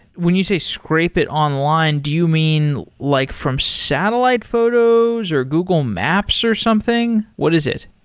when you say scrape it online, do you mean like from satellite photos or google maps or something? what is it?